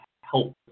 help